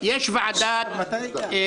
יש לפניכם את סדר היום.